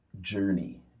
journey